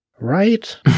Right